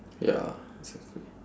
ya basically